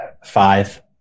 Five